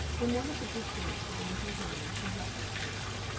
in one of the big gates was a little door, and she rapped at this.